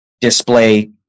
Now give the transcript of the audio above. display